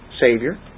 Savior